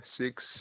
six